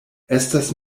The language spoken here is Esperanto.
estas